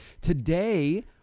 Today